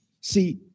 see